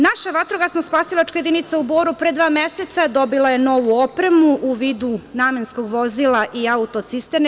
Naša vatrogasno-spasilačka jedinica u Boru pre dva meseca dobila je novu opremu u vidu namenskog vozila i auto-cisterne.